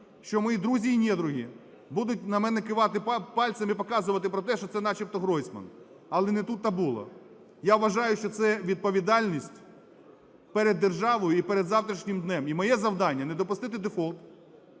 що мої друзі і недруги будуть на мене кивати пальцем і показувати про те, що це начебто Гройсман. Але не тут-то було. Я вважаю, що це відповідальність перед державою і перед завтрашнім днем. І моє завдання – не допустити дефолт,